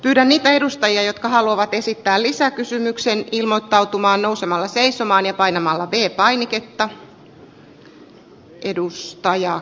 löydä niitä edustajia jotka haluavat esittää lisää kysymykseen ilmoittautumaan nousemalla seisomaan ja painamalla arvoisa puhemies